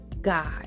god